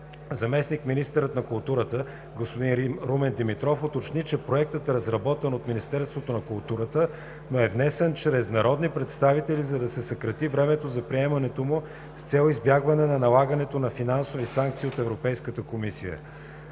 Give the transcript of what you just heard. Заместник-министърът на културата господин Румен Димитров уточни, че Проектът е разработен от Министерството на културата, но е внесен чрез народни представители, за да се съкрати времето за приемането му, с цел избягване на налагането на финансови санкции от Европейската комисия.